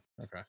Okay